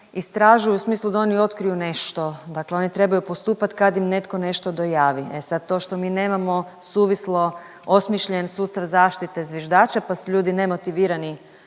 istražuju u smislu da oni otkriju nešto. Dakle, oni trebaju postupati kad im netko nešto dojavi. E sad to što mi nemamo suvislo osmišljen sustav zaštite zviždača pa su ljudi nemotivirani